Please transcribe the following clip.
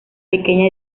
pequeña